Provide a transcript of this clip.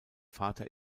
vater